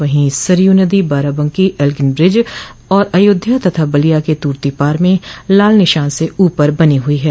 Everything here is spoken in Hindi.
वहीं सरयू नदी बाराबंकी एल्गिनब्रिज और अयोध्या तथा बलिया के तुर्तीपार में लाल निशान से ऊपर बनी हुई है